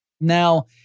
Now